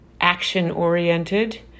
action-oriented